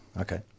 Okay